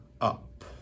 up